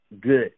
good